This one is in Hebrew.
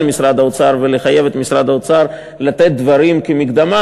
משרד האוצר ולחייב את משרד האוצר לתת דברים כמקדמה,